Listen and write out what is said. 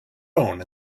own